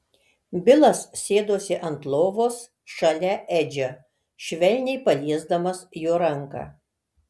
bilas sėdosi ant lovos šalia edžio švelniai paliesdamas jo ranką